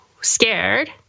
scared